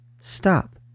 stop